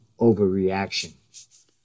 overreaction